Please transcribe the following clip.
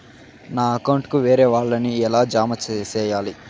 నా అకౌంట్ కు వేరే వాళ్ళ ని ఎలా జామ సేయాలి?